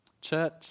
Church